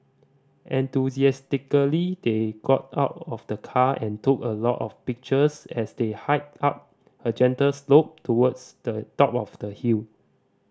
enthusiastically they got out of the car and took a lot of pictures as they hiked up a gentle slope towards the top of the hill